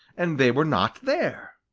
and they were not there.